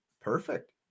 perfect